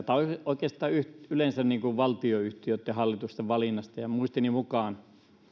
tai oikeastaan yleensä valtionyhtiöitten hallitusten valinnasta muistini mukaan